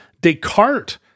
Descartes